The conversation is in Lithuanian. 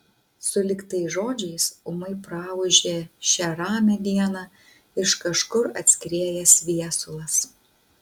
sulig tais žodžiais ūmai praūžė šią ramią dieną iš kažkur atskriejęs viesulas